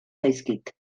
zaizkit